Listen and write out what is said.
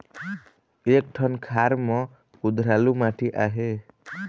एक ठन खार म कुधरालू माटी आहे?